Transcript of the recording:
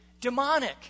demonic